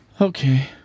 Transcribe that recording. Okay